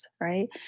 right